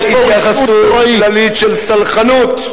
יש התייחסות נוראית של סלחנות.